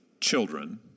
children